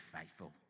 faithful